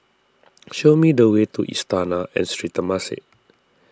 show me the way to Istana and Sri Temasek